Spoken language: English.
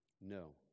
No